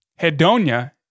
hedonia